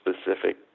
specific